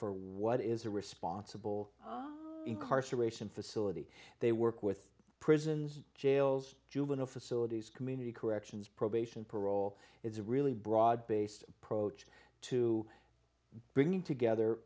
for what is a responsible incarceration facility they work with prisons jails juvenile facilities community corrections probation parole it's a really broad based approach to bringing together